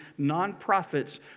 nonprofits